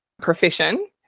profession